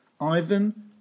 Ivan